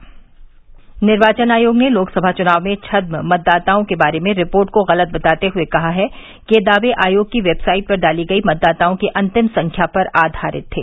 निर्वाचन आयोग निर्वाचन आयोग ने लोकसभा चुनाव में छद्म मतदाताओं के बारे में रिपोर्ट को गलत बताते हुए कहा है कि यह दावे आयोग की वेबसाइट पर डाली गई मतदाताओं की अंतिम संख्या पर आधारित थे